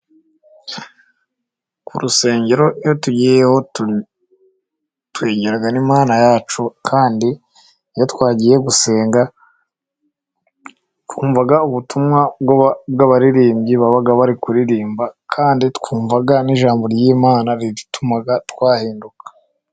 Ku rusengero iyo tugiye, twegerana n'Imana yacu. Kandi iyo twagiye gusenga twumva ubutumwa bw'abaririmbyi baba bari kuririmba, kandi twumva n'ijambo ry'Imana rituma twahinduka.